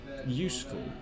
useful